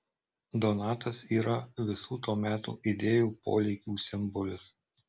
donatas yra visų to meto idėjų polėkių simbolis